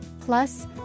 Plus